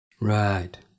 Right